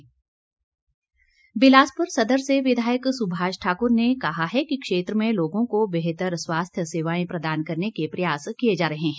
सुभाष ठाकुर बिलासपुर सदर से विधायक सुभाष ठाकुर ने कहा है कि क्षेत्र में लोगों को बेहतर स्वास्थ्य सेवाए प्रदान करने के प्रयास किये जा रहे है